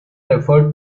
referred